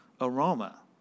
aroma